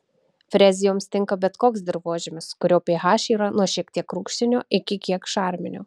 frezijoms tinka bet koks dirvožemis kurio ph yra nuo šiek tiek rūgštinio iki kiek šarminio